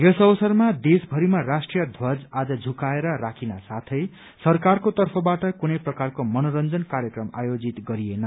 यस अवसरमा देशभरिमा राष्ट्रीय ध्वज आज झुद्वाएर राखिनको साथै सरकारको तर्फबाट कुनै प्रकारको मनोरंजन कार्यक्रम आयोजित गरिएन